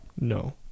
No